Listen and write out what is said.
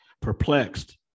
perplexed